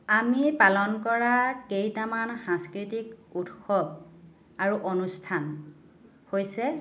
আমি পালন কৰা কেইটামান সাংস্কৃতিক উৎসৱ আৰু অনুষ্ঠান হৈছে